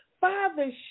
Father